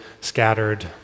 scattered